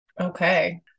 Okay